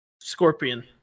Scorpion